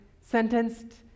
sentenced